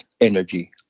energy